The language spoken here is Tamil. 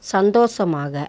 சந்தோஷமாக